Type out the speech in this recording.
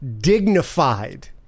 dignified